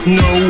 no